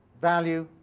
value